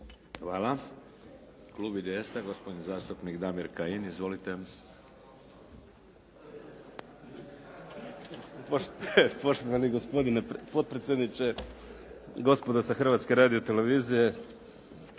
Hvala. Klub IDS-a gospodin zastupnik Damir Kajin. Izvolite. **Kajin, Damir (IDS)** Poštovani gospodine potpredsjedniče. Gospodo sa Hrvatske radiotelevizije,